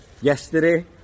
yesterday